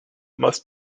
must